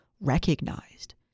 recognized